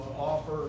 offer